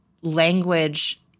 language—